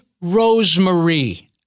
Rosemary